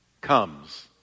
comes